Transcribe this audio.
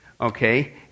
Okay